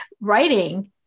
writing